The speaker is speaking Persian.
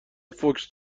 فوکس